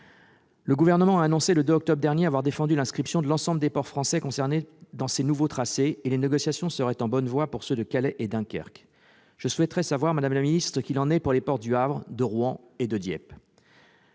Le Gouvernement a annoncé le 2 octobre dernier avoir défendu l'inscription de l'ensemble des ports français concernés dans ces nouveaux tracés. Les négociations seraient en bonne voie pour ceux de Calais et de Dunkerque. Qu'en est-il, madame la secrétaire d'État, pour les ports du Havre, de Rouen et de Dieppe